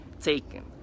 taken